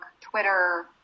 Twitter